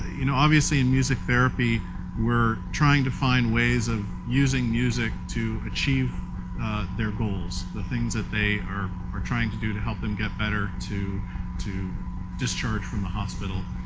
you know, obviously, in music therapy we're trying to find ways of using music to achieve their goals, the things that they are are trying to do to help them get better to to discharge from the hospital.